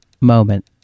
moment